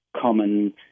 common